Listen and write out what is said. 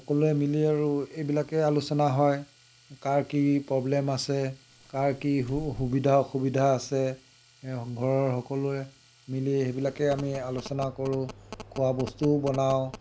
সকলোৱে মিলি আৰু এইবিলাকে আলোচনা হয় কাৰ কি প্ৰবলেম আছে কাৰ কি সুবিধা অসুবিধা আছে এই ঘৰৰ সকলোৱে মিলি সেইবিলাকে আমি আলোচনা কৰোঁ খোৱাবস্তুও বনাওঁ